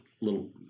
little